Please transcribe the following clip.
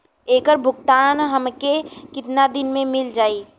ऐकर भुगतान हमके कितना दिन में मील जाई?